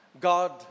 God